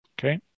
Okay